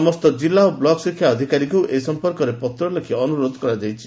ସମସ୍ତ ଜିଲ୍ଲା ଓ ବ୍ଲକ ଶିକ୍ଷା ଅଧିକାରୀଙ୍କୁ ଏ ସମ୍ପର୍କରେ ପତ୍ର ଲେଖି ଅନ୍ତରୋଧ କରାଯାଇଛି